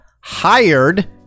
HIRED